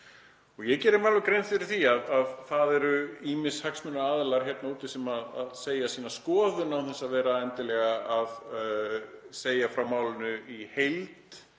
Ég geri mér alveg grein fyrir því að það eru ýmsir hagsmunaaðilar hér úti sem segja sína skoðun án þess að vera endilega að segja frá málinu í heild,